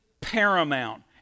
paramount